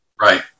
Right